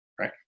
right